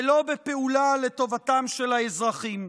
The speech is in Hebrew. ולא בפעולה לטובתם של האזרחים.